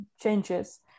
changes